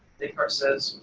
descartes says,